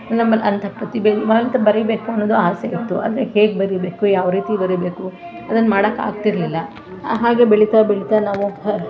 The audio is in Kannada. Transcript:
ನಮ್ಮಲ್ಲಿ ಅಂಥ ಪ್ರತಿಭೆ ಬರಿಬೇಕು ಅನ್ನೋದು ಆಸೆ ಇತ್ತು ಆದರೆ ಹೇಗೆ ಬರಿಬೇಕು ಯಾವ ರೀತಿ ಬರಿಬೇಕು ಅದನ್ನು ಮಾಡೊಕ್ಕಾಗ್ತಿರ್ಲಿಲ್ಲ ಹಾಗೇ ಬೆಳಿತಾ ಬೆಳಿತಾ ನಾವು